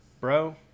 bro